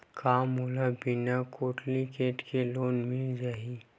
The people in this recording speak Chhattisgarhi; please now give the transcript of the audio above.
का मोला बिना कौंटलीकेट के लोन मिल जाही?